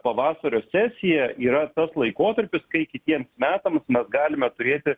pavasario sesija yra tas laikotarpis kai kitiems metams mes galime turėti